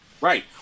Right